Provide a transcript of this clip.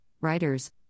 writers